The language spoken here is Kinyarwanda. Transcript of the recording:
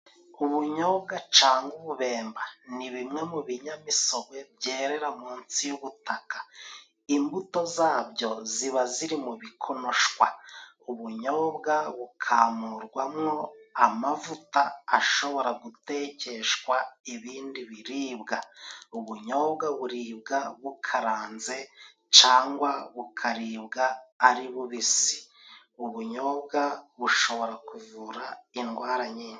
Ubunyobwa canga ububemba, ni bimwe mu binyamisogwe byerera munsi y'ubutaka. Imbuto zabyo ziba ziri mu bikonoshwa. Ubunyobwa bukamurwamwo amavuta ashobora gutekeshwa ibindi biribwa, ubunyobwa buribwa bukaranze cangwa bukaribwa ari bubisi; ubunyobwa bushobora kuvura indwara nyinshi.